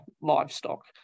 livestock